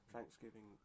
Thanksgiving